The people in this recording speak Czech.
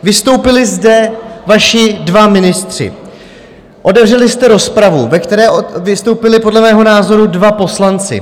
Vystoupili zde vaši dva ministři, otevřeli jste rozpravu, ve které vystoupili, podle mého názoru, dva poslanci.